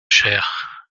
chère